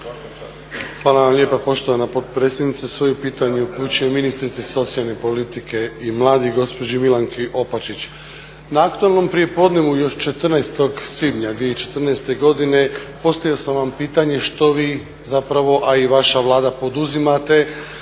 Hvala vam lijepa poštovana potpredsjednice. Svoje pitanje upućujem ministrici socijalne politike i mladih, gospođi Milanki Opačić. Na aktualnom prijepodnevu još 14. svibnja 2014. godine postavio sam vam pitanje što vi zapravo, a i vaša Vlada poduzimate